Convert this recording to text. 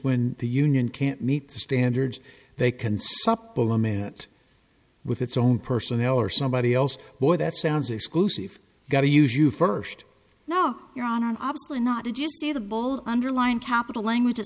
when the union can't meet the standards they can supplement it with it's own personnel or somebody else boy that sounds exclusive got to use you first now you're on obviously not did you see the ball underlined capital languages